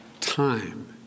Time